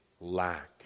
lack